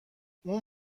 اون